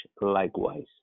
likewise